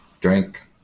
Drink